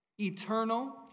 Eternal